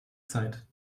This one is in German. zeit